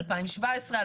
2017,